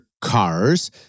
cars